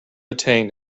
attain